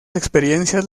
experiencias